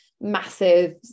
massive